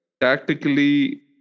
tactically